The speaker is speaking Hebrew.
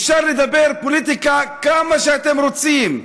אפשר לדבר פוליטיקה כמה שאתם רוצים,